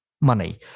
money